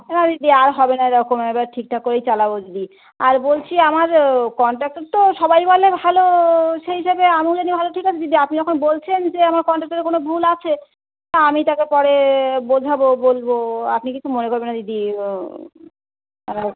হ্যাঁ দিদি আর হবে না এরকম এবার ঠিকঠাক করেই চালাবো দিদি আর বলছি আমার ও কন্ট্রাক্টর তো সবাই বলে ভালো সেই হিসাবে আমিও জানি ভালো ঠিক আছে দিদি আপনি যখন বলছেন যে আমার কন্ট্রাক্টারের কোনো ভুল আছে তা আমি তাকে পরে বোঝাবো বলবো আপনি কিছু মনে করবেন না দিদি ও আমার